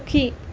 সুখী